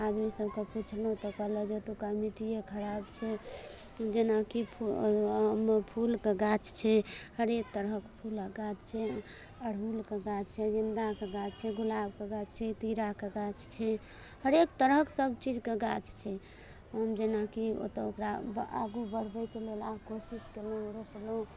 आदमी सभके पुछलहुँ तऽ कहलक जे एतुक्का मिट्टिये खराब छै जेना कि फूलके गाछ छै हरेक तरहक फूलक गाछ छै अरहुलके गाछ छै गेन्दाके गाछ छै गुलाबके गाछ छै तीराके गाछ छै हरेक तरहके सभ चीजके गाछ छै हम जेना कि ओतऽ ओकरा आगू बढ़बैके लेल लाख कोशिश कयलहुँ रोपलहुँ